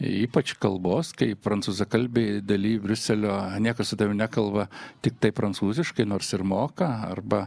ypač kalbos kai prancūzakalbiai daly briuselio niekas su tavim nekalba tiktai prancūziškai nors ir moka arba